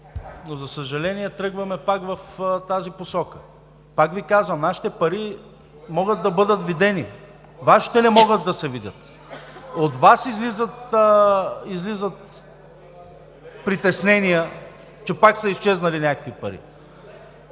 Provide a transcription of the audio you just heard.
за съжаление, тръгваме пак в тази посока. Пак Ви казвам – нашите пари могат да бъдат видени, Вашите не могат да се видят. От Вас излизат притеснения, че пак са изчезнали някакви пари.